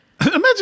Imagine